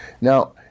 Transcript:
Now